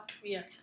Korea